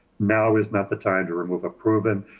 now is not the time to remove a proven,